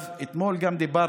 גם אתמול דיברנו.